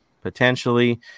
potentially